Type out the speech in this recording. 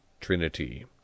trinity